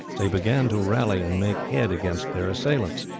they began to rally and make head against their assailants.